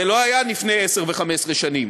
זה לא היה לפני עשר ו-15 שנים.